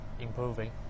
improving